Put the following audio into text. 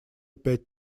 пять